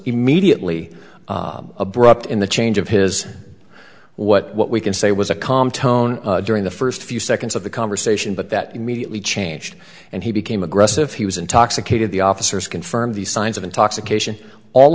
immediately abrupt in the change of his what we can say was a calm tone during the first few seconds of the conversation but that immediately changed and he became aggressive he was intoxicated the officers confirm the signs of intoxication all